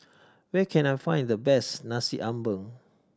where can I find the best Nasi Ambeng